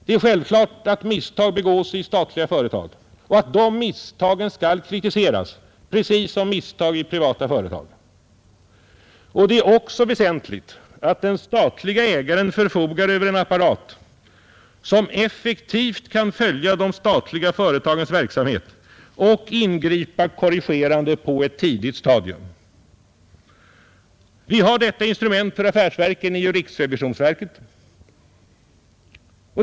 Det är självklart att misstag begås i statliga företag och att de misstagen skall kritiseras, precis som misstag i privata företag. Det är också väsentligt att den statliga ägaren förfogar över en apparat som effektivt kan följa de statliga företagens verksamhet och ingripa korrigerande på ett tidigt stadium. Vi har detta instrument för de affärsdrivande verken i riksrevisionsverket.